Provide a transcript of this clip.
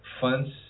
funds